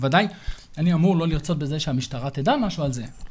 בוודאי שאני אמור לא לרצות בזה שהמשטרה תדע משהו על זה.